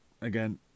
again